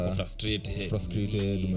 frustrated